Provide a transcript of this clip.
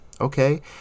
okay